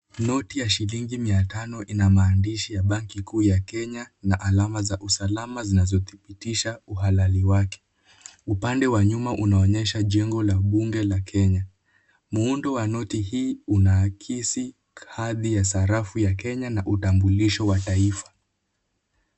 Noti ya shilingi mia tano ina maandishi ya Banki Kuu ya Kenya na alama za usalama zinazodhibitisha uhalali wake. Upande wa nyuma unaonyesha jengo la bunge la Kenya. Muundo wa noti hii unaakisi hadhi ya sarafu ya Kenya na utambulisho wa taifa.